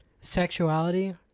sexuality